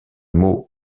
mot